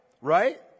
Right